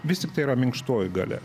vis tiktai yra minkštoji galia